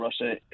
Russia